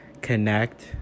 connect